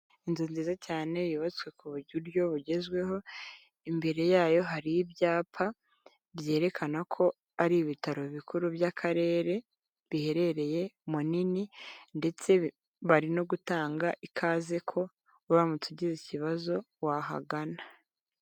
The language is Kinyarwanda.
Inzu nziza cyane yubatswe ku buryo bugezweho, imbere yayo hari ibyapa byerekana ko ari ibitaro bikuru by'Akarere biherereye Munini ndetse bari no gutanga ikaze ko uramutse ugize ikibazo wahagana.